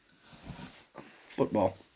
football